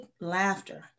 laughter